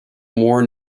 more